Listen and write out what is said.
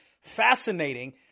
fascinating